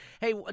Hey